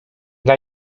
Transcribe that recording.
dla